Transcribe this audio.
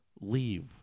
Leave